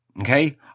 Okay